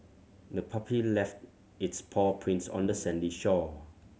the puppy left its paw prints on the sandy shore